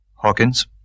Hawkins